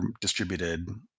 distributed